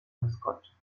wyskoczyć